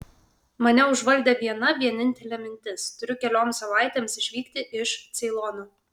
mane užvaldė viena vienintelė mintis turiu kelioms savaitėms išvykti iš ceilono